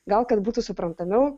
gal kad būtų suprantamiau